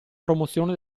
promozione